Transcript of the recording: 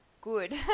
good